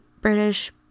British